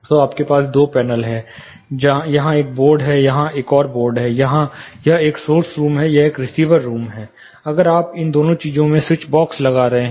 तो आपके पास दो पैनल हैं यहां एक बोर्ड है यहां एक और बोर्ड है यह एक सोर्स रूम है यह एक रिसीवर रूम है अगर आप इन दोनों चीजों पर स्विच बॉक्स लगा रहे हैं